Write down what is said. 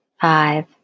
five